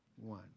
one